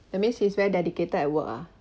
that means he's very dedicated at work uh